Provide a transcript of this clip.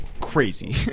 Crazy